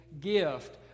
gift